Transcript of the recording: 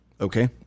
okay